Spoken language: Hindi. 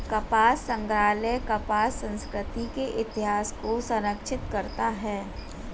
कपास संग्रहालय कपास संस्कृति के इतिहास को संरक्षित करता है